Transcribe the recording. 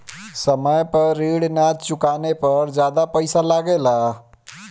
समय पर ऋण ना चुकाने पर ज्यादा पईसा लगेला?